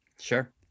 Sure